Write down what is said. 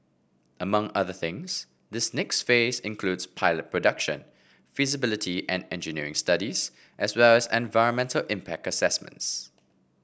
among other things this next phase includes pilot production feasibility and engineering studies as well as environmental impact assessments